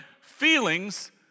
feelings